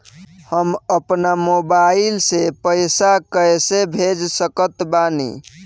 हम अपना मोबाइल से पैसा कैसे भेज सकत बानी?